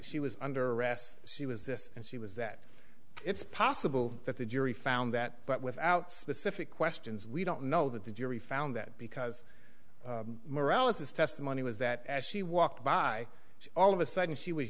she was under arrest she was this and she was that it's possible that the jury found that but without specific questions we don't know that the jury found that because morale is his testimony was that as she walked by all of a sudden she was